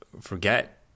forget